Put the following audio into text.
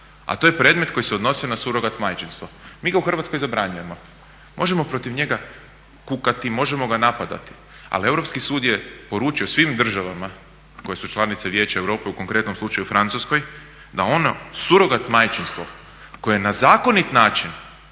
a to je predmet koji se odnosi na surogat majčinstvo. Mi ga u Hrvatskoj zabranjujemo. Možemo protiv njega kukati, možemo ga napadati, ali Europski sud je poručio svim državama koje su članice Vijeća Europe u konkretnom slučaju Francuskoj, da ono surogat majčinstvo koje je na zakonit način